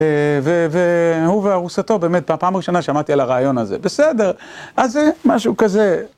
וההוא וארוסתו, באמת, פעם ראשונה שמעתי על הרעיון הזה. בסדר, אז זה משהו כזה.